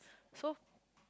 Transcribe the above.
so